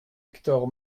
hector